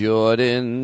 Jordan